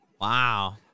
Wow